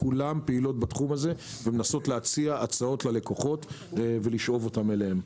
כולן פעילות בתחום ומנסות להציע ללקוחות הצעות ולשאוב אותם אליהן.